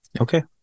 Okay